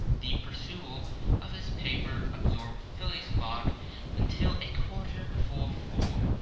the perusal of this paper absorbed phileas fogg until a quarter before four,